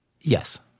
yes